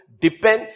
depend